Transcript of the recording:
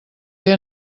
fer